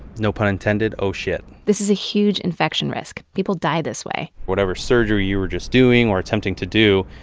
no pun intended, oh shit. this is a huge infection risk. people die this way. whatever surgery you were just doing or attempting to do,